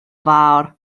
fawr